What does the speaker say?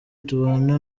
tubana